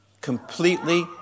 completely